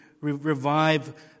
revive